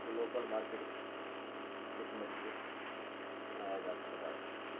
global market ਵਿੱਚ ਮਜ਼ਬੂਤ ਬਣਾਇਆ ਜਾ ਸਕਦਾ ਹੈ